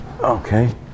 okay